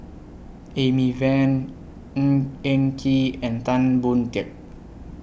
Amy Van Ng Eng Kee and Tan Boon Teik